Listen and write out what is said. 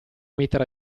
mettere